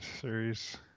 series